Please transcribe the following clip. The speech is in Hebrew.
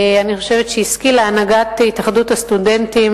אני חושבת שהשכילה הנהלת התאחדות הסטודנטים,